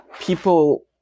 People